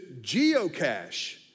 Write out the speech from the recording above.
geocache